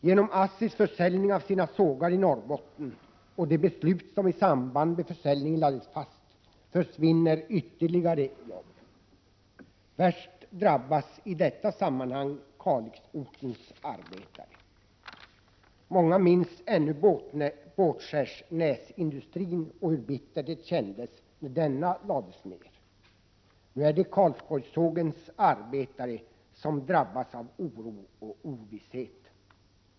Genom ASSI:s försäljning av sina sågar i Norrbotten och de beslut som fattades i samband med försäljningen försvinner ytterligare jobb. Värst drabbas i detta sammanhang Kalixortens arbetare. Många minns ännu Båtskärsnäsindustrin och hur bittert det kändes när den lades ned. Nu är det Karlsborgssågens arbetare som drabbas av oro och ovisshet.